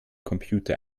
computer